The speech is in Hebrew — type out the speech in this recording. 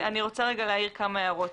אני רוצה להעיר כמה הערות.